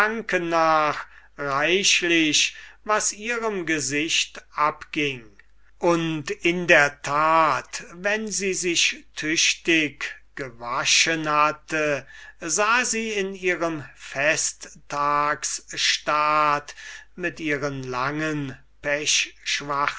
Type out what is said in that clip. nach reichlich was ihrem gesichte abging und wirklich wenn sie sich tüchtig gewaschen hatte sah sie in ihrem festtagsstaat mit ihren langen